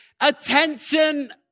attention